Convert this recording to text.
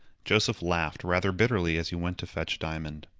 joseph laughed rather bitterly as he went to fetch diamond.